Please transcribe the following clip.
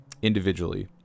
individually